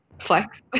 flex